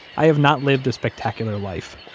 i have not lived a spectacular life.